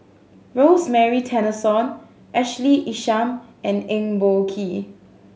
Rosemary Tessensohn Ashley Isham and Eng Boh Kee